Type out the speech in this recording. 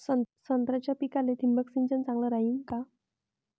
संत्र्याच्या पिकाले थिंबक सिंचन चांगलं रायीन का?